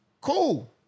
Cool